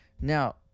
Now